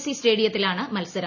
C സ്റ്റേഡിയത്തിലാണ് മത്സരം